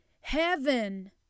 heaven